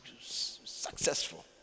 successful